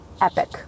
epic